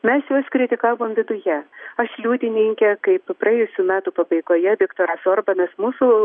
mes juos kritikavom viduje aš liudininkė kaip praėjusių metų pabaigoje viktoras orbanas mūsų